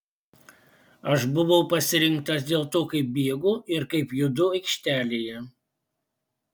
aš buvau pasirinktas dėl to kaip bėgu ir kaip judu aikštelėje